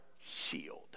shield